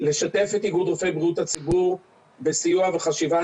לשתף את איגוד רופאי בריאות הציבור בסיוע וחשיבה.